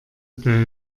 der